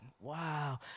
Wow